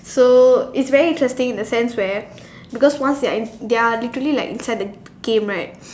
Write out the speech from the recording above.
so it's very interesting in a sense where because once you are in they are literally in the game right